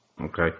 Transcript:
Okay